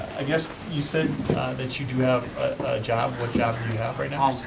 i guess you said that you do have a job, what job do you have right now?